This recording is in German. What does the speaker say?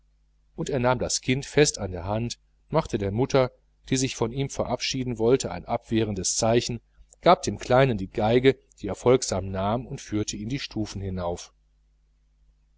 und er nahm das kind fest an der hand machte der mutter die sich von ihm verabschieden wollte ein abwehrendes zeichen gab dem kleinen die violine die er folgsam nahm und führte ihn die stufen hinauf